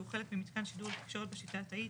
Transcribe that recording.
חלק ממיתקן שידור לתקשורת בשיטה התאית